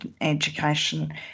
education